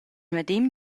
medem